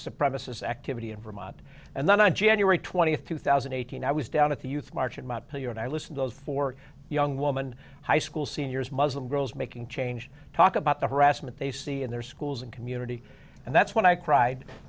supremacist activity in vermont and then on january twentieth two thousand and eighteen i was down at the youth march in montpellier and i listen those four young woman high school seniors muslim girls making change talk about the harassment they see in their schools and community and that's when i cried